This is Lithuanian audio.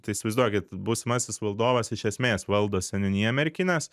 tai įsivaizduokit būsimasis valdovas iš esmės valdo seniūniją merkinės